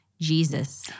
Jesus